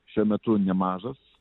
šiuo metu nemažas